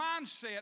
mindset